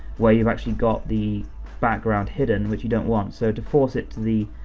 where you've actually got the background hidden, which you don't want. so to force it to the